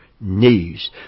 knees